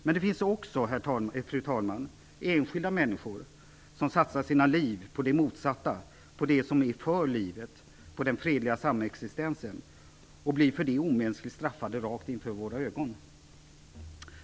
Men det finns också, fru talman, enskilda människor som satsar sina liv på det motsatta, på det som är för livet, nämligen den fredliga samexistensen, och som för detta blir omänskligt straffade rakt inför våra ögon.